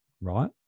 right